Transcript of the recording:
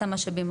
אותם משאבים,